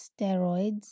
steroids